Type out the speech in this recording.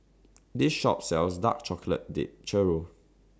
This Shop sells Dark Chocolate Dipped Churro